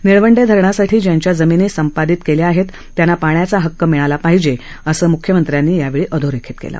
निळवंडे धरणासाठी ज्यांच्या जमिनी संपादन केल्या आहेत त्यांना पाण्याचा हक्क मिळाला पाहिजे असंही मुख्यमंत्र्यांनी यावेळी अधोरेखित केलं